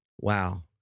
Wow